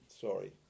Sorry